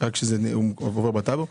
רק כשזה עובר בטאבו?